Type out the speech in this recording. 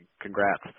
Congrats